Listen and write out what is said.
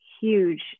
huge